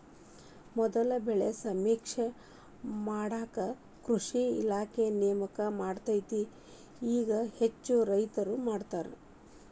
ಮೊದಲ ಬೆಳೆ ಸಮೇಕ್ಷೆ ಮಾಡಾಕ ಕೃಷಿ ಇಲಾಖೆ ನೇಮಕ ಮಾಡತ್ತಿತ್ತ ಇಗಾ ಹೆಚ್ಚಾಗಿ ರೈತ್ರ ಮಾಡತಾರ